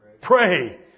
Pray